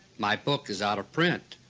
my book is out of print.